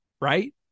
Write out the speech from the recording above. right